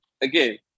again